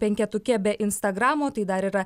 penketuke be instagramo tai dar yra